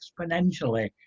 exponentially